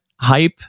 hype